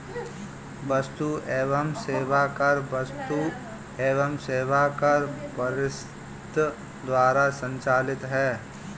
वस्तु एवं सेवा कर वस्तु एवं सेवा कर परिषद द्वारा संचालित है